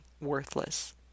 worthless